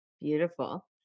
beautiful